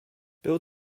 był